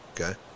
Okay